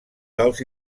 dels